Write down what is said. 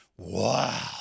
Wow